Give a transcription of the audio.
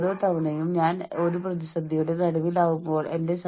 ഏതെങ്കിലും കാരണത്താൽ അശ്രദ്ധമായി നിങ്ങൾക്ക് മുറിവേറ്റാൽ അവർ നിങ്ങളെ നോക്കുമെങ്കിൽ